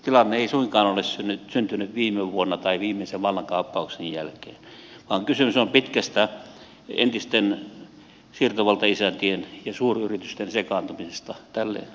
tilanne ei suinkaan ole syntynyt viime vuonna tai viimeisen vallankaappauksen jälkeen vaan kysymys on pitkästä entisten siirtovaltaisäntien ja suuryritysten sekaantumisesta tälle alueelle